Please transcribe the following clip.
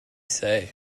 say